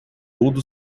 todo